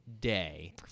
day